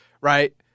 right